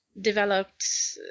developed